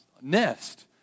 nest